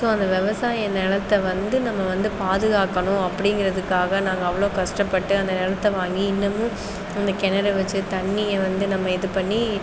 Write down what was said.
so அந்த விவசாய நிலத்த வந்து நம்ம வந்து பாதுகாக்கணும் அப்படிங்கிறதுக்காக நாங்கள் அவ்வளோ கஷ்டப்பட்டு அந்த நிலத்த வாங்கி இன்னமும் இந்த கிணறை வச்சு தண்ணியை வந்து நம்ம இது பண்ணி